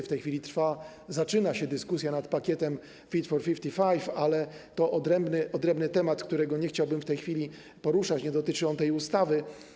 W tej chwili trwa, zaczyna się dyskusja nad pakietem Fit for 55, ale to odrębny temat, którego nie chciałbym w tej chwili poruszać, nie dotyczy on tej ustawy.